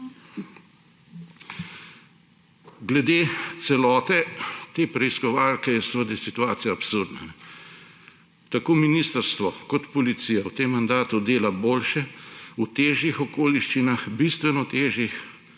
Glede celote te preiskovalke je seveda situacija absurdna. Tako ministrstvo kot Policija v tem mandatu dela boljše, v težjih okoliščinah, bistveno težjih,